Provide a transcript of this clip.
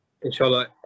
Inshallah